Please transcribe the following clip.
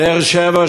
באר-שבע,